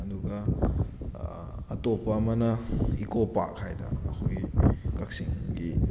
ꯑꯗꯨꯒ ꯑꯇꯣꯞꯄ ꯑꯃꯅ ꯏꯀꯣ ꯄꯥꯔꯛ ꯍꯥꯏꯅ ꯑꯩꯈꯣꯏꯒꯤ ꯀꯛꯆꯤꯡꯒꯤ